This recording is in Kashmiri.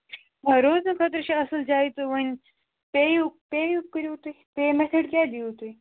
آ روزنہٕ خٲطرٕ چھِ اَصٕل جایہِ تہٕ وۄنۍ پے یُک پے یُک کٔرِو تُہۍ پے میسیڈ کیٛاہ دِیو تُہۍ